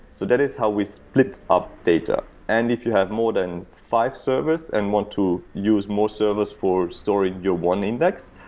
so that is how we split up data. and if you have more than five servers and want to use more servers for storing your one index,